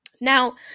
now